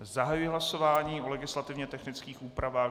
Zahajuji hlasování o legislativně technických úpravách.